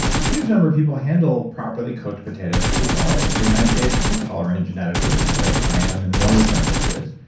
ah huge number of people handle properly cooked potatoes pretty well. if you're nightshade intolerant, genetically, the way i am and one of my kids is,